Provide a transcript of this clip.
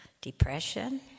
depression